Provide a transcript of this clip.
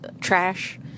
trash